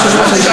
לא.